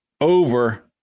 over